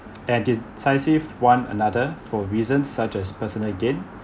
and decisive one another for reasons such as personal gain